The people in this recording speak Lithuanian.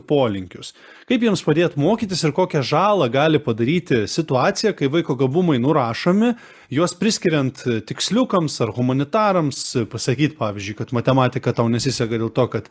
polinkius kaip jiems padėt mokytis ir kokią žalą gali padaryti situacija kai vaiko gabumai nurašomi juos priskiriant tiksliukams ar humanitarams pasakyt pavyzdžiui kad matematika tau nesiseka dėl to kad